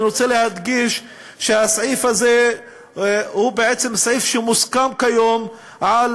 אני רוצה להדגיש שהסעיף הזה מוסכם כיום על